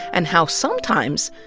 and how, sometimes,